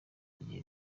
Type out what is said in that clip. bihe